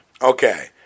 Okay